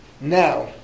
Now